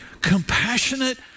compassionate